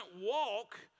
walk